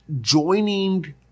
joining